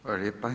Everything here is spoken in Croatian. Hvala lijepa.